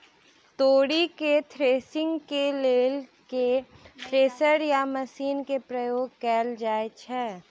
तोरी केँ थ्रेसरिंग केँ लेल केँ थ्रेसर या मशीन केँ प्रयोग कैल जाएँ छैय?